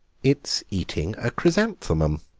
it's eating a chrysanthemum,